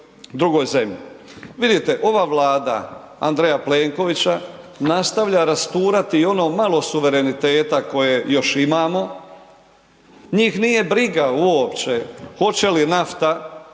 Vidite ova Vlada, Andreja Plenkovića nastavlja rasturati i ono malo suvereniteta koje još imamo, njih nije briga uopće hoće li nafta